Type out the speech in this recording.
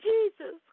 Jesus